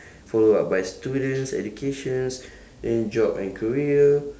follow up by students educations and job and career